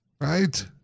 right